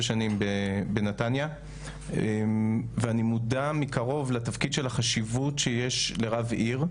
שנים בנתניה ואני מודע מקרוב לחשיבות שיש לתפקיד של רב עיר,